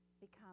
become